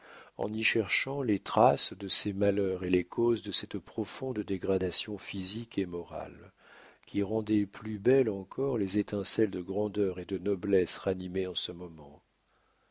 en y cherchant les traces de ses malheurs et les causes de cette profonde dégradation physique et morale qui rendait plus belles encore les étincelles de grandeur et de noblesse ranimées en ce moment